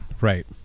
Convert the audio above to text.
Right